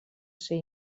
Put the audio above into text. ser